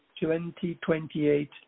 2028